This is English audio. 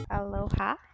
Aloha